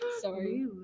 Sorry